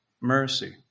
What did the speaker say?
mercy